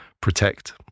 protect